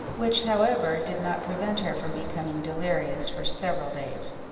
which, however, did not prevent her from becoming delirious for several days.